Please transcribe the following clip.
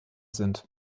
sind